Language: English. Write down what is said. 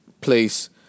place